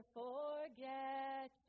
forget